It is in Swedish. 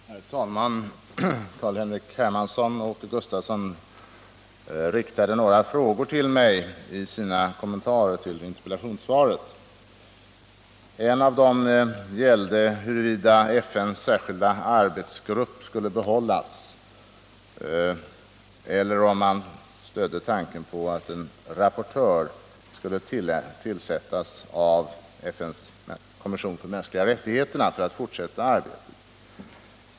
Herr talman! Carl-Henrik Hermansson och Åke Gustavsson riktade några frågor till mig i sina kommentarer till interpellationssvaret. En av dem gällde huruvida FN:s särskilda arbetsgrupp skulle behållas eller om man stödde tanken på att en rapportör skulle tillsättas av FN:s kommission för mänskliga rättigheter för att fortsätta arbetet.